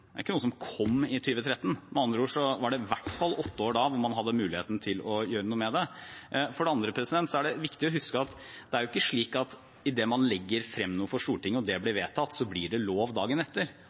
Det er ikke noe som kom i 2013. Med andre ord var det i hvert fall åtte år da man hadde muligheten til å gjøre noe med det. For det andre er det viktig å huske at det ikke er slik at idet man legger frem noe for Stortinget og det blir vedtatt, så blir det lov dagen etter.